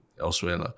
elsewhere